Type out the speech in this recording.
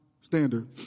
standard